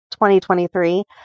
2023